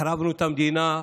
החרבנו את המדינה,